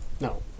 No